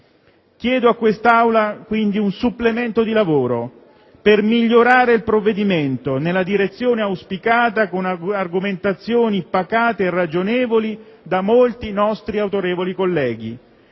Chiedo a quest'Aula, quindi, un supplemento di lavoro, per migliorare il provvedimento nella direzione auspicata, con argomentazioni pacate e ragionevoli, da molti nostri autorevoli colleghi.